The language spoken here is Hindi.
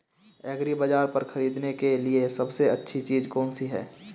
एग्रीबाज़ार पर खरीदने के लिए सबसे अच्छी चीज़ कौनसी है?